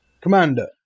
Commander